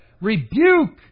rebuke